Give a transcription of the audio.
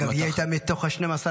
אגב, היא הייתה מתוך ה-12%?